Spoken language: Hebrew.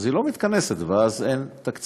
אז היא לא מתכנסת, ואז אין תקציב.